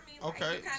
Okay